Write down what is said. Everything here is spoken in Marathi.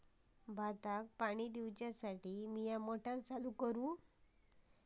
भाताक पाणी दिवच्यासाठी मी मोटर चालू करू?